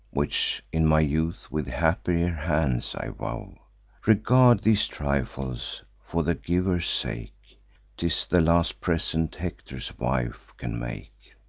which in my youth with happier hands i wove regard these trifles for the giver's sake t is the last present hector's wife can make.